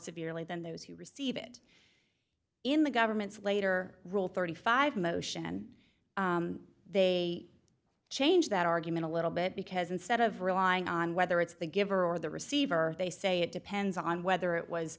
severely than those who receive it in the government's later rule thirty five motion they change that argument a little bit because instead of relying on whether it's the giver or the receiver they say it depends on whether it was